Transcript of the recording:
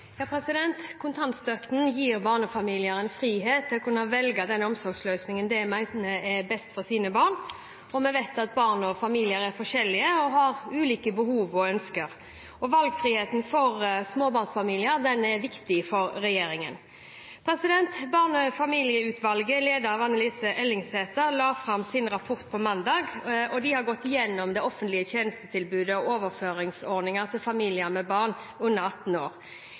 Kontantstøtten gir barnefamiliene frihet til å velge den omsorgsløsningen de mener er best for sine barn, og vi vet at barn og familier er forskjellige og har ulike behov og ønsker. Valgfriheten for småbarnsfamilier er viktig for regjeringen. Barnefamilieutvalget, ledet av Anne Lise Ellingsæter, la fram sin rapport på mandag. De har gått gjennom det offentlige tjenestetilbudet og overføringsordningene til familier med barn under 18 år,